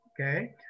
okay